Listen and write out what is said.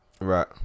Right